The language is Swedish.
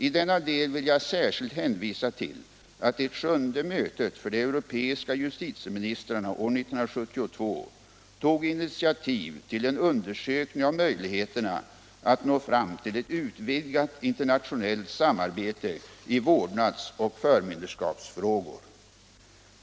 I denna del vill jag särskilt hänvisa till att det sjunde mötet för de europeiska justitieministrarna år 1972 tog initiativ till en undersökning av möjligheterna att nå fram till ett utvidgat internationellt samarbete i vårdnads och förmynderskapsfrågor.